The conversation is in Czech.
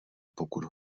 pokud